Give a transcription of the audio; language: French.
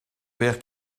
père